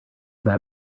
that